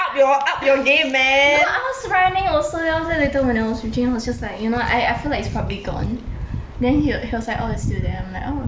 no I was running also then after that later when I was reaching I was just like you know I I feel like it's probably gone then he he was like orh it's still there I'm like orh okay sure